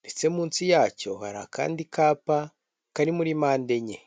ndetse munsi yacyo hari akandi kapa kari muri mpande enye.